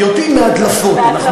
אנחנו יודעים מהדלפות, מהדלפות.